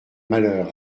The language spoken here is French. malheur